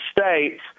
States